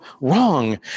wrong